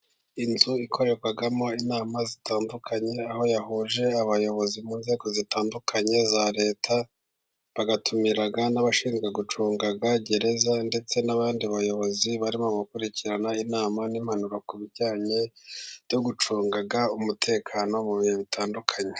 Inzu ikorerwamo inama zitandukanye, aho yahuje abayobozi ku nzego zitandukanye za Leta, bagatumira n'abashinzwe gucunga Gereza, ndetse n'abandi bayobozi barimo gukurikirana inama n'impanuro, ku bijyanye no gucunga umutekano mu bihe bitandukanye.